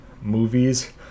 movies